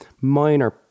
minor